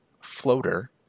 floater